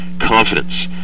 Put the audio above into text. confidence